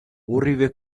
ორივე